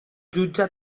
jutja